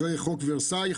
אחרי חוק ורסאי,